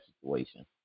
situation